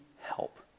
help